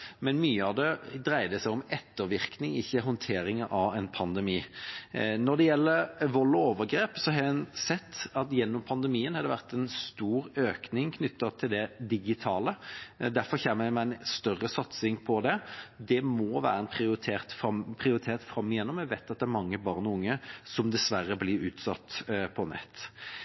men mye av det dreier seg om ettervirkning, ikke håndtering av en pandemi. Når det gjelder vold og overgrep, har en sett at det gjennom pandemien har vært en stor økning knyttet til det digitale, derfor kommer vi med en større satsing på det. Det må være en prioritet framover. Vi vet at det er mange barn og unge som dessverre blir utsatt for dette på